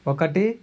ఒకటి